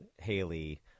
Haley